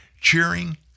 cheering